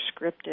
scripted